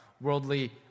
worldly